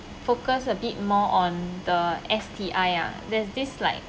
focus a bit more on the S_T_I ah there's this like